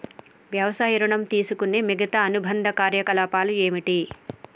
వ్యవసాయ ఋణం తీసుకునే మిగితా అనుబంధ కార్యకలాపాలు ఏమిటి?